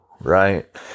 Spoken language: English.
right